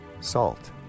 Salt